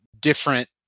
different